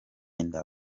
inda